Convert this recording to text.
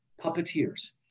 puppeteers